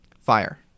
Fire